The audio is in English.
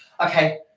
Okay